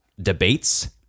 debates